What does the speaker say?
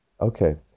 Okay